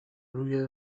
روی